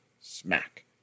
smack